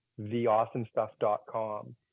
theawesomestuff.com